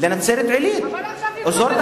לנצרת-עילית, אבל עכשיו,